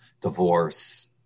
divorce